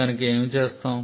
కనుక ఏమి చేస్తాము